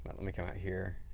but let me come out here.